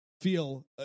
feel